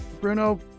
Bruno